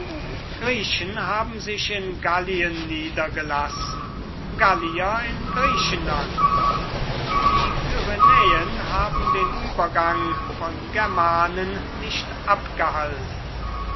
griechen haben sich in gallien niedergelassen gallier in griechenland die pyrenäen haben den uebergang von germanen nicht abgehalten